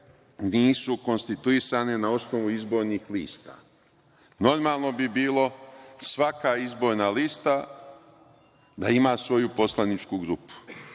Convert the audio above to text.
nisu konstituisane na osnovu izbornih lista. Normalno bi bilo, svaka izborna lista da ima svoju poslaničku grupu,